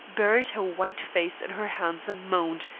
buried her white face in her hands and moaned,